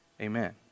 Amen